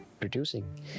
producing